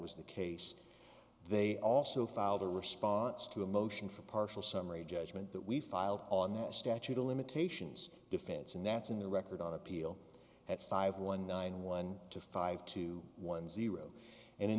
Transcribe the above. was the case they also filed a response to the motion for partial summary judgment that we filed on the statute of limitations defense and that's in the record on appeal at five one nine one five two one zero and in